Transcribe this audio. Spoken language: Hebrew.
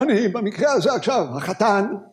אני במקרה הזה עכשיו החתן.